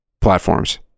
platforms